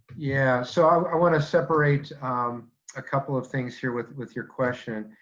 yeah, so i wanna separate um a couple of things here with with your question.